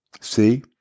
See